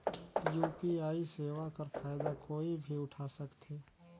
UPI सेवा कर फायदा कोई भी उठा सकथे?